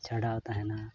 ᱪᱷᱟᱰᱟᱣ ᱛᱟᱦᱮᱱᱟ